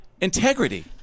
Integrity